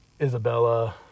Isabella